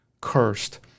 cursed